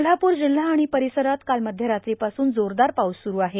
कोल्हापूर जिल्हा आर्ाण पर्रसरात काल मध्यरात्रीपासून जोरदार पाऊस सुरू आहे